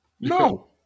No